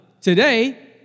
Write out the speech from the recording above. today